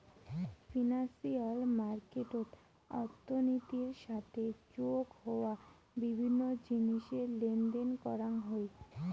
financial মার্কেটত অর্থনীতির সাথে যোগ হওয়া বিভিন্ন জিনিসের লেনদেন করাং হই